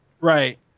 Right